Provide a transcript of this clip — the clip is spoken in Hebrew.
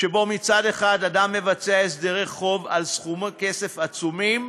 שבו מצד אחד אדם מבצע הסדרי חוב על סכומי כסף עצומים,